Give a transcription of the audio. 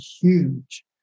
huge